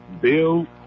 Bill